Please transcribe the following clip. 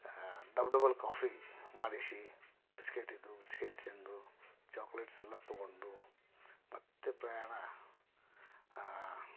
dub double coffee ಮಾಡಿಸಿ biscuit ಇದ್ದವು biscuit ತಿಂದು ಚಾಕ್ಲೇಟ್ಸ್ ಎಲ್ಲ ತಗೊಂಡು ಮತ್ತೆ ಪ್ರಯಾಣ